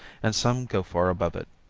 and some go far above it.